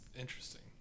Interesting